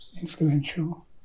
influential